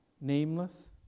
Nameless